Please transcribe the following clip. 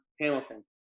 Hamilton